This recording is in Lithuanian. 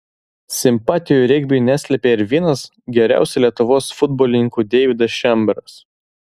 simpatijų regbiui neslėpė ir vienas geriausių lietuvos futbolininkų deividas šemberas